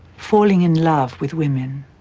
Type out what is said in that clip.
falling in love with women